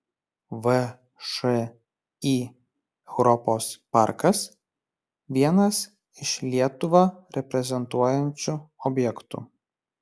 všį europos parkas vienas iš lietuvą reprezentuojančių objektų